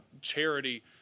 charity